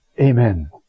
Amen